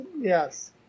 Yes